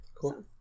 Cool